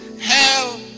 hell